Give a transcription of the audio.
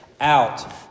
out